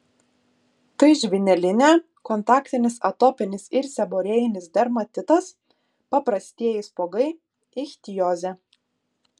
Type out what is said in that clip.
tai žvynelinė kontaktinis atopinis ir seborėjinis dermatitas paprastieji spuogai ichtiozė